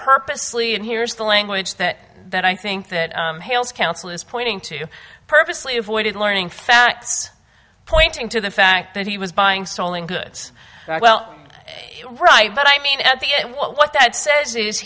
purposely and here's the language that that i think that hails counsel is pointing to purposely avoided learning facts pointing to the fact that he was buying stolen goods well right but i mean at the end what that says is